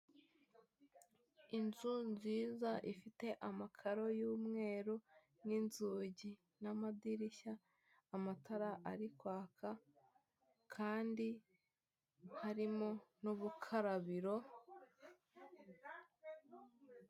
Inzu nziza ifite amakaro y'umweru n'inzugi n'amadirishya amatara ari kwaka kandi harimo n'ubukarabiro.